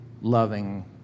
loving